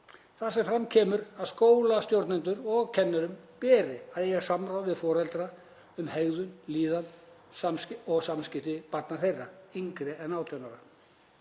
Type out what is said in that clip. þar sem fram kemur að skólastjórnendum og kennurum beri að eiga samráð við foreldra um hegðun, líðan og samskipti barna þeirra yngri en 18 ára.